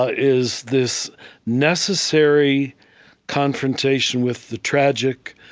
ah is this necessary confrontation with the tragic,